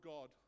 God